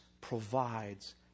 provides